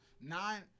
nine